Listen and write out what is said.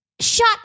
Shut